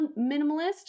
minimalist